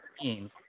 teams